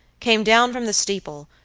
came down from the steeple,